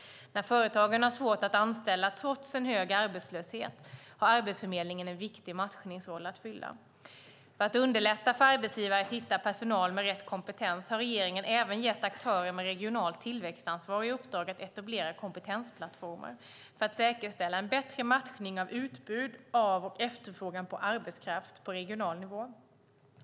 När företagen har svårt att anställa trots en hög arbetslöshet har Arbetsförmedlingen en viktig matchningsroll att fylla. För att underlätta för arbetsgivare att hitta personal med rätt kompetens har regeringen även gett aktörer med regionalt tillväxtansvar i uppdrag att etablera kompetensplattformar för att säkerställa en bättre matchning av utbud av och efterfrågan på arbetskraft på regional nivå.